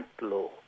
Law